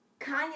kanye